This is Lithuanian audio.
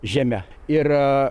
žeme ir